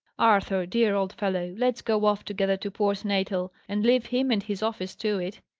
arthur, dear old fellow, let's go off together to port natal, and leave him and his office to it!